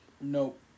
Nope